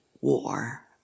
war